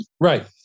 Right